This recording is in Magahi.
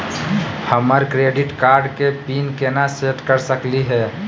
हमर क्रेडिट कार्ड के पीन केना सेट कर सकली हे?